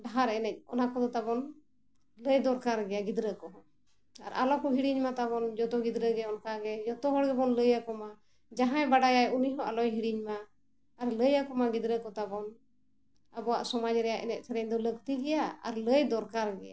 ᱰᱟᱦᱟᱨ ᱮᱱᱮᱡ ᱚᱱᱟ ᱠᱚᱫᱚ ᱛᱟᱵᱚᱱ ᱞᱟᱹᱭ ᱫᱚᱨᱠᱟᱨ ᱜᱮᱭᱟ ᱜᱤᱫᱽᱨᱟᱹ ᱠᱚᱦᱚᱸ ᱟᱨ ᱟᱞᱚ ᱠᱚ ᱦᱤᱲᱤᱧ ᱢᱟ ᱛᱟᱵᱚᱱ ᱡᱷᱚᱛᱚ ᱜᱤᱫᱽᱨᱟᱹ ᱜᱮ ᱚᱱᱠᱟ ᱜᱮ ᱡᱷᱚᱛᱚ ᱦᱚᱲ ᱜᱮᱵᱚᱱ ᱞᱟᱹᱭᱟᱠᱚ ᱢᱟ ᱡᱟᱦᱟᱸᱭ ᱵᱟᱰᱟᱭᱟᱭ ᱩᱱᱤ ᱦᱚᱸ ᱟᱞᱚᱭ ᱦᱤᱲᱤᱧ ᱢᱟ ᱟᱨ ᱞᱟᱹᱭ ᱟᱠᱚᱢᱟ ᱜᱤᱫᱽᱨᱟᱹ ᱠᱚ ᱛᱟᱵᱚᱱ ᱟᱵᱚᱣᱟᱜ ᱥᱚᱢᱟᱡᱽ ᱨᱮᱱᱟᱜ ᱮᱱᱮᱡ ᱥᱮᱨᱮᱧ ᱫᱚ ᱞᱟᱹᱠᱛᱤ ᱜᱮᱭᱟ ᱟᱨ ᱞᱟᱹᱭ ᱫᱚᱨᱠᱟᱨ ᱜᱮᱭᱟ